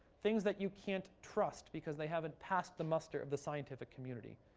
things that you can't trust because they haven't passed the muster of the scientific community.